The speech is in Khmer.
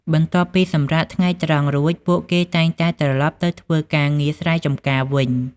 បន្ទាប់ពីសម្រាកថ្ងៃត្រង់រួច ពួកគេតែងតែត្រឡប់ទៅធ្វើការងារស្រែចម្ការវិញ។